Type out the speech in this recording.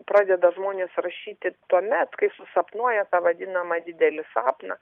pradeda žmonės rašyti tuomet kai susapnuoja tą vadinamą didelį sapną